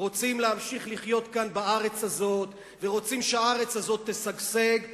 רוצים להמשיך לחיות כאן בארץ הזאת ורוצים שהארץ הזאת תשגשג,